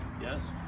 Yes